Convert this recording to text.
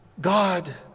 God